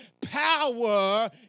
power